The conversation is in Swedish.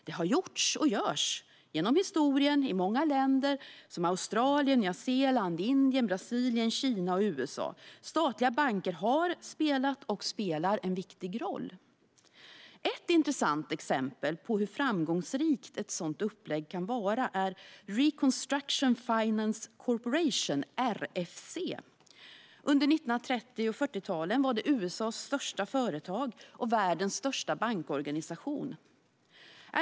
Det har gjorts, och görs, genom historien i många länder, till exempel Australien, Nya Zeeland, Indien, Brasilien, Kina och USA. Statliga banker har spelat och spelar en viktig roll. Ett intressant exempel på hur framgångsrikt ett sådant upplägg kan vara är Reconstruction Finance Corporation, RFC. Under 1930 och 1940talen var det USA:s största företag och världens största bankorganisation.